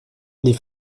les